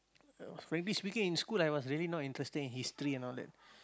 frankly speaking in school I was really not interested in history and all that